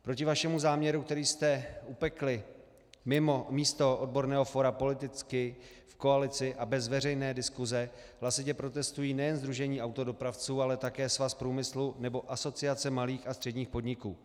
Proti vašemu záměru, který jste upekli mimo místo odborného fóra politicky v koalici a bez veřejné diskuse, hlasitě protestují nejen sdružení autodopravců, ale také Svaz průmyslu nebo Asociace malých a středních podniků.